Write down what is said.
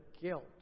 guilt